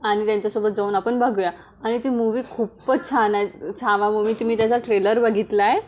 आणि त्यांच्यासोबत जाऊन आपण बघूया आणि ती मूव्ही खूपच छान आहे छावा मूव्ही ती मी त्याचा ट्रेलर बघितला आहे